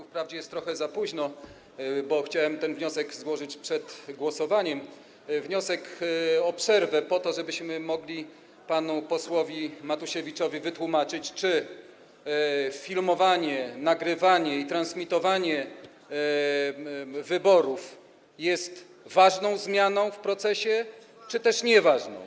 Wprawdzie jest trochę za późno, bo chciałem ten wniosek złożyć przed głosowaniem, wniosek o przerwę po to, żebyśmy mogli panu posłowi Matusiewiczowi wytłumaczyć, czy filmowanie, nagrywanie i transmitowanie wyborów jest ważną zmianą w procesie, czy też nieważną.